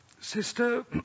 sister